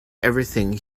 everything